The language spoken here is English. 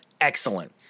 excellent